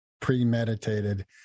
premeditated